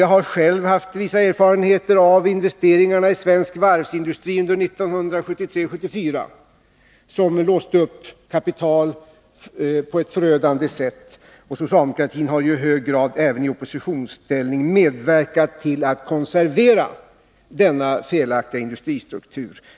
Jag har själv haft vissa erfarenheter av investeringarna i svensk varvsindustri under 1973 och 1974, som låste upp kapital på ett förödande sätt. Socialdemokratin har ju i hög grad även i oppositionsställning medverkat till att konservera denna felaktiga industristruktur.